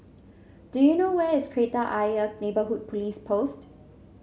do you know where is Kreta Ayer Neighbourhood Police Post